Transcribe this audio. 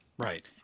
Right